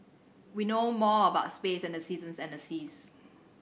we know more about space than the seasons and the seas